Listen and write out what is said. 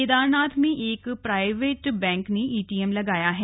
केदारनाथ में एक private bank ने एटीएम लगाया है